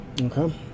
okay